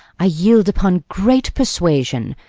i yield upon great persuasion,